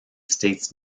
states